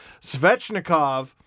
Svechnikov